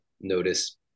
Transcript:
notice